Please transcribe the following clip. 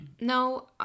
No